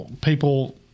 people